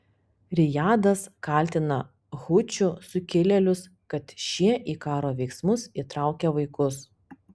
rijadas kaltina hučių sukilėlius kad šie į karo veiksmus įtraukia vaikus